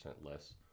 less